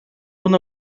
una